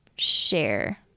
share